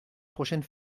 prochaine